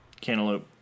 Cantaloupe